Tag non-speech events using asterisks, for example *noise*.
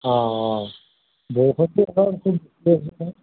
অঁ অঁ বৰষুণটো বাৰু *unintelligible*